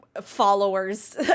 followers